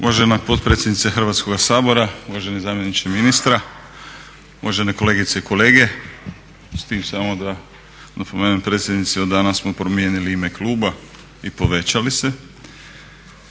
Uvažena potpredsjednice Hrvatskoga sabora, uvaženi zamjeniče ministra, uvažene kolegice i kolege s tim samo da napomenem predsjednici od danas smo promijenili ime kluba, i povećali se,